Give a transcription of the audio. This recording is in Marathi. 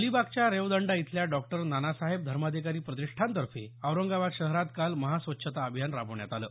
अलिबागच्या रेवदंडा इथल्या डॉक्टर नानासाहेब धर्माधिकारी प्रतिष्ठानतर्फे औरंगाबाद शहरात काल महास्वच्छता अभियान राबवण्यात आलं